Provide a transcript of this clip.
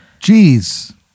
Jeez